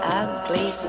ugly